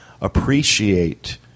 appreciate